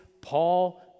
Paul